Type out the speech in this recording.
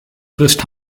frisst